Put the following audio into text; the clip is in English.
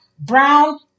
brown